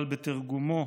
אבל בתרגומו